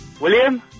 William